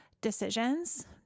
decisions